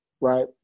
right